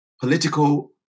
political